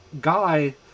guy